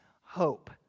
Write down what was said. hope